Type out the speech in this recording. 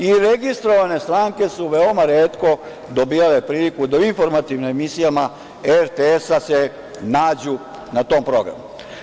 I registrovane stranke su veoma retko dobijale priliku da u informativnim emisijama RTS-a se nađu na tom programu.